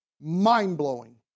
mind-blowing